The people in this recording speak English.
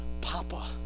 Papa